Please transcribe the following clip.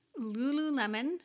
Lululemon